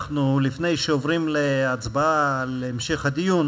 לפני שעוברים להצבעה על המשך הדיון